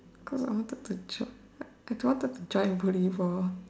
cause I wanted to drop I don't want to join volleyball